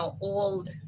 old